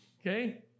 Okay